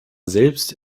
selbst